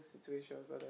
situations